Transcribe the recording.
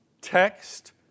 text